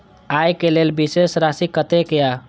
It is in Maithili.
आय के लेल शेष राशि कतेक या?